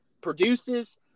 produces